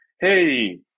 Hey